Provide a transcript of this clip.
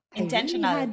intentional